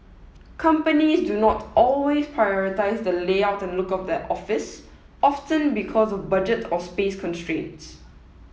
companies do not always prioritise the layout and look of their office often because of budget or space constraints